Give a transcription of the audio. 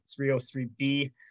303B